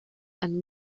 and